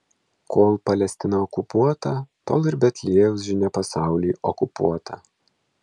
kol palestina okupuota tol ir betliejaus žinia pasauliui okupuota